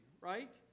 right